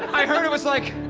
i heard it was like,